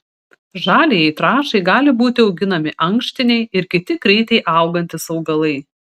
žaliajai trąšai gali būti auginami ankštiniai ir kiti greitai augantys augalai